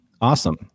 awesome